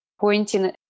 pointing